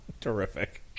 Terrific